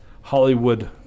Hollywood